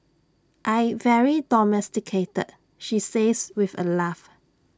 I very domesticated she says with A laugh